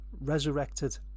resurrected